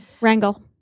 wrangle